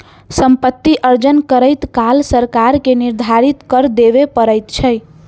सम्पति अर्जन करैत काल सरकार के निर्धारित कर देबअ पड़ैत छै